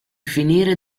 finire